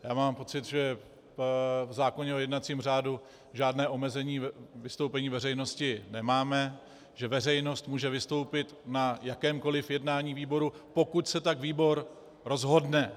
Já mám pocit, že v zákoně o jednacím řádu žádné omezení vystoupení veřejnosti nemáme, že veřejnost může vystoupit na jakémkoli jednání výboru, pokud se tak výbor rozhodne.